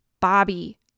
Bobby